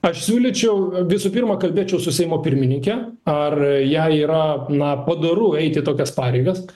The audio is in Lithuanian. aš siūlyčiau visų pirma kalbėčiau su seimo pirmininke ar jai yra na padoru eiti tokias pareigas